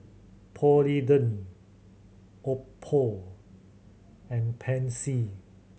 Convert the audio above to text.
Polident Oppo and Pansy